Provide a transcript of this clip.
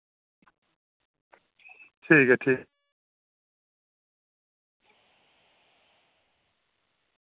ठीक ऐ ठीक